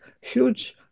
huge